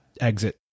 exit